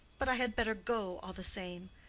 but i had better go, all the same.